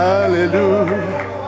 Hallelujah